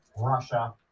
Russia